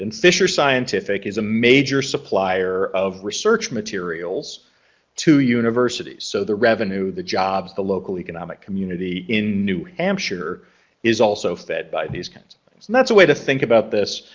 and fisher scientific is a major supplier of research materials to universities. so the revenue the jobs the local economic community in new hampshire is also fed by these kinds of things and that's a way to think about this.